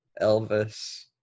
elvis